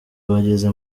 bageze